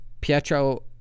Pietro